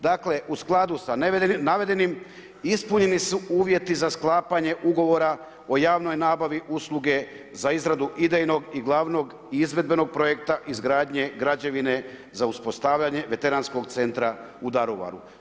Dakle u skladu sa navedenim ispunjeni su uvjeti za sklapanje ugovora o javnoj nabavi usluge za izradu idejnog i glavnog izvedbenog projekta izgradnje građevine za uspostavljanje veteranskog centra u Daruvaru.